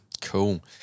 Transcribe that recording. cool